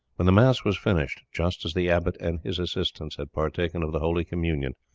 when the mass was finished, just as the abbot and his assistants had partaken of the holy communion,